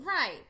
Right